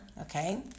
okay